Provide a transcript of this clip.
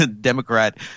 Democrat